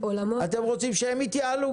אתם רוצים שהם יתייעלו?